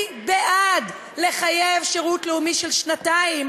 אני בעד לחייב שירות לאומי של שנתיים,